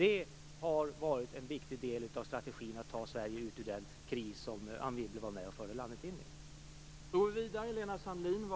Det har varit en viktig del i strategin att ta Sverige ut ur den kris som Anne Wibble var med och förde landet in i.